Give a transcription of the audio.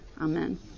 Amen